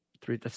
three